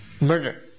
murder